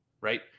right